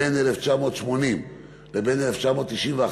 בין 1980 לבין 1991,